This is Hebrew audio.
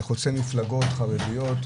שחוצה מפלגות חרדיות,